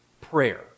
prayer